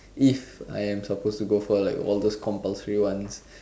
if I am supposed to go for like all those compulsory ones